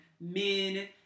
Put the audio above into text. men